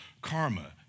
karma